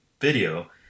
video